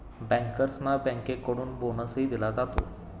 बँकर्सना बँकेकडून बोनसही दिला जातो